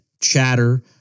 chatter